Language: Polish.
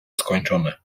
skończone